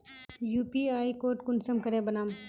UPI code कुंसम करे बनाम?